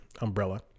umbrella